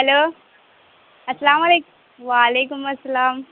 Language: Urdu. ہیلو السلام علیکم وعلیکم السلام